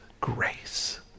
grace